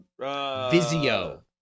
Vizio